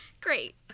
Great